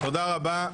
תודה רבה.